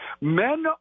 Men